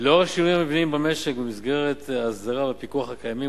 לאור השינויים המבניים במשק ובמסגרת ההסדרה והפיקוח הקיימים,